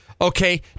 Okay